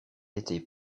été